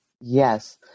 Yes